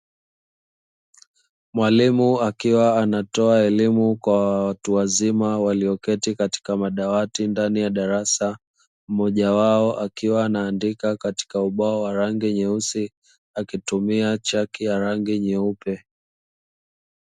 Mwalimu akiwa anatoa elimu kwa watu wazima, waliyoketi katika madawati ndani ya darasa, mmoja wao akiwa anaandika katika ubao wa rangi nyeusi akitumia chaki ya rangi nyeupe.